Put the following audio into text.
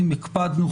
הקפדנו,